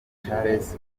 charles